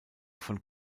von